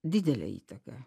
didelę įtaką